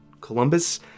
Columbus